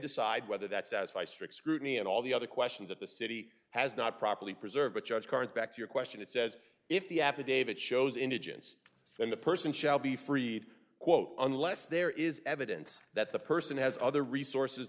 decide whether that satisfy strict scrutiny and all the other questions that the city has not properly preserve the charge cards back to your question it says if the affidavit shows indigence and the person shall be freed quote unless there is evidence that the person has other resources